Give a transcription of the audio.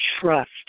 trust